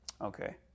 Okay